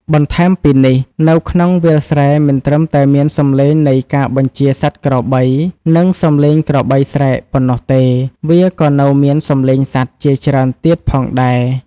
បន្ថែមពីនេះ នៅក្នុងវាលស្រែមិនត្រឹមតែមានសំឡេងនៃការបញ្ជាសត្វក្របី និងសំឡេងក្របីស្រែកប៉ុណ្ណោះទេ វាក៏នៅមានសំឡេងសត្វជាច្រើនទៀតផងដែរ។